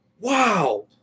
wow